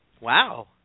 Wow